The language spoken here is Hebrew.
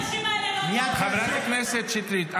--- חברת הכנסת שטרית,